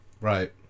Right